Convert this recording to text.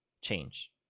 change